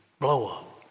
blow-up